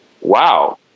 wow